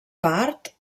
part